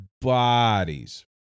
bodies